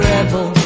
Rebel